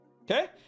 Okay